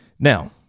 Now